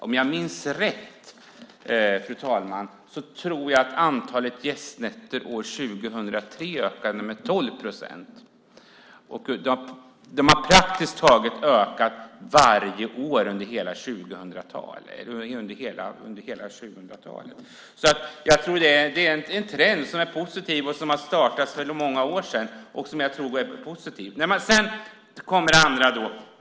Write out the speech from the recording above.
Om jag minns rätt, fru talman, ökade antalet gästnätter år 2003 med 12 procent. De har praktiskt taget ökat varje år under hela 2000-talet. Det är en trend som är positiv och som har startats för många år sedan.